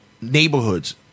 neighborhoods